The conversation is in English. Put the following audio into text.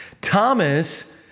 Thomas